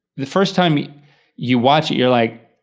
the first time you you watch it you're like,